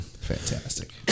fantastic